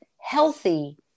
healthy